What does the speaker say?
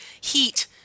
heat